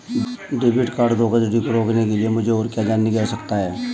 Debit card धोखाधड़ी को रोकने के लिए मुझे और क्या जानने की आवश्यकता है?